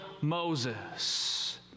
Moses